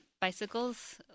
bicycles